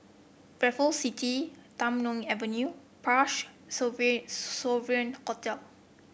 Raffles City Tham Soong Avenue Parch Sovereign Sovereign Hotel